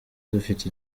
dufite